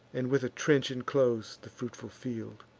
and with a trench inclose the fruitful field